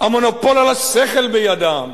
המונופול על השכל בידם,